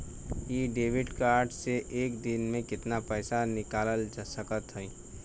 इ debit card से एक दिन मे कितना पैसा निकाल सकत हई?